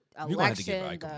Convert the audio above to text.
election